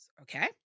okay